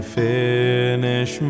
finish